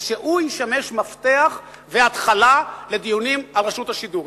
ושהוא ישמש מפתח והתחלה לדיונים על רשות השידור.